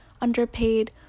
underpaid